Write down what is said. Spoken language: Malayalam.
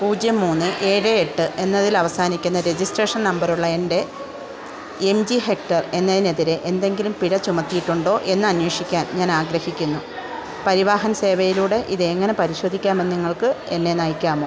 പൂജ്യം മൂന്ന് ഏഴ് എട്ട് എന്നതിൽ അവസാനിക്കുന്ന രജിസ്ട്രേഷൻ നമ്പർ ഉള്ള എൻ്റെ എം ജി ഹെക്ടർ എന്നതിനെതിരെ എന്തെങ്കിലും പിഴ ചുമത്തിയിട്ടുണ്ടോ എന്ന് അന്വേഷിക്കാൻ ഞാൻ ആഗ്രഹിക്കുന്നു പരിവാഹൻ സേവയിലൂടെ ഇതെങ്ങനെ പരിശോധിക്കാമെന്ന് നിങ്ങൾക്ക് എന്നെ നയിക്കാമോ